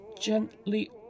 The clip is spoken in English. gently